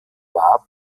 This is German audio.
war